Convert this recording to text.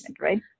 right